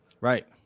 Right